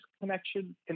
connection